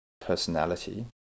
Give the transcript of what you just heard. personality